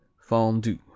Fondue